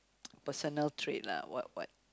personal trait lah what what